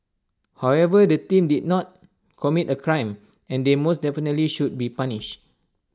however the team did not commit A crime and they most definitely should be punished